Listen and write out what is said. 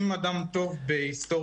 אם אדם טוב בהיסטוריה,